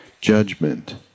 judgment